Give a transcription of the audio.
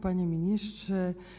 Panie Ministrze!